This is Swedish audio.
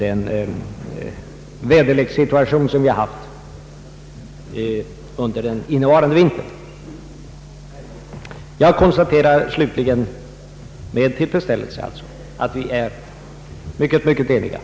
Omfördelningen av huvudmannaskapet hade föreslagits komma till stånd den 1 juli 1971, med en övergångsperiod om tre år för reformens slutförande.